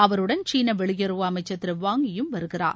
அவருடன் சீன வெளியுறவு அமைச்சர் திரு வாங் ஈயும் வருகிறார்